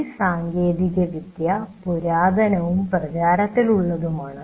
ഈ സാങ്കേതിക വിദ്യ പുരാതനവും പ്രചാരത്തിൽ ഉള്ളതുമാണ്